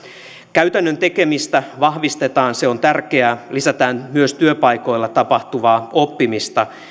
käytännön tekemistä vahvistetaan se on tärkeää lisätään myös työpaikoilla tapahtuvaa oppimista